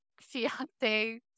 fiance